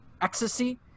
ecstasy